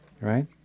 right